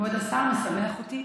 כבוד השר, זה משמח אותי.